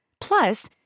Plus